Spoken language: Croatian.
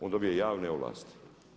On dobije javne ovlasti.